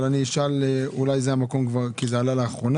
אבל אולי זה המקום לשאול כי זה עלה לאחרונה,